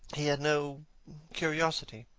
he had no curiosity.